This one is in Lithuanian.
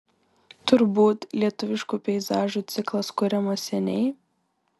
turbūt lietuviškų peizažų ciklas kuriamas seniai